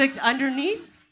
Underneath